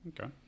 Okay